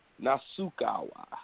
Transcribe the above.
Nasukawa